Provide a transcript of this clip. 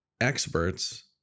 experts